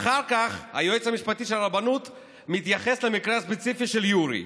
אחר כך היועץ המשפטי של הרבנות מתייחס למקרה הספציפי של יורי,